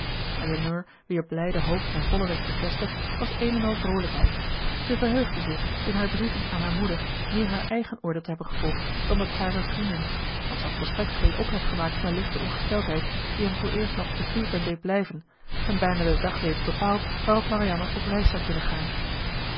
elinor wier blijde hoop ten volle werd bevestigd was een en al vroolijkheid zij verheugde zich in haar brieven aan haar moeder meer haar eigen oordeel te hebben gevolgd dan dat harer vrienden want zij had volstrekt geen ophef gemaakt van de lichte ongesteldheid die hen vooreerst nog te cleveland deed blijven en bijna den dag reeds bepaald waarop marianne op reis zou kunnen gaan